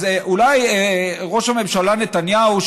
אז אולי ראש הממשלה נתניהו,